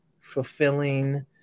fulfilling